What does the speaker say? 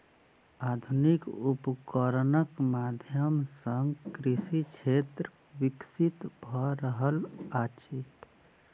आधुनिक उपकरणक माध्यम सॅ कृषि क्षेत्र विकसित भ रहल अछि